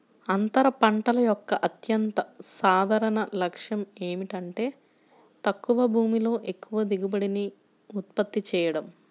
అంతర పంటల యొక్క అత్యంత సాధారణ లక్ష్యం ఏమిటంటే తక్కువ భూమిలో ఎక్కువ దిగుబడిని ఉత్పత్తి చేయడం